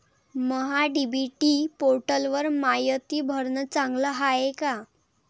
महा DBT पोर्टलवर मायती भरनं चांगलं हाये का?